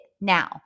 now